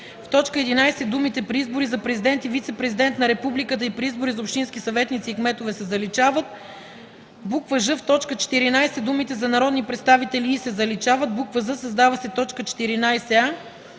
в т. 11 думите „при избори за президент и вицепрезидент на републиката и при избори за общински съветници и кметове” се заличават; ж) в т. 14 думите „за народни представители и” се заличават; з) създава се т. 14а: